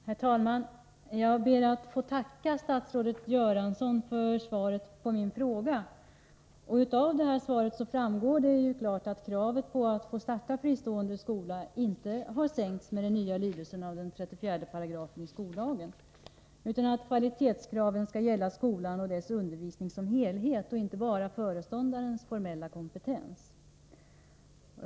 Herr talman! Jag ber att få tacka statsrådet Göransson för svaret på min fråga. Av detta svar framgår det klart att kraven på att få starta fristående skola inte har sänkts med den nya lydelsen av 34 § skollagen, utan att kvalitetskraven skall gälla skolan och dess undervisning som helhet och inte bara föreståndarens formella kompetens.